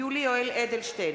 יולי יואל אדלשטיין,